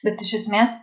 bet iš esmės